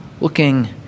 looking